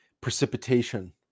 precipitation